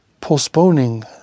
postponing